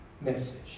message